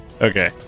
Okay